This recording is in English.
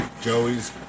Joey's